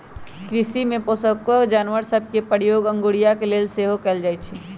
कृषि में पोशौआका जानवर सभ के प्रयोग अगोरिया के लेल सेहो कएल जाइ छइ